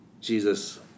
Jesus